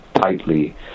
tightly